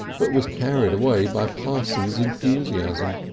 but was carried away by parsons' enthusiasm.